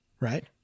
right